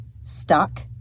stuck